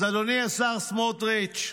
אז אדוני, השר סמוטריץ',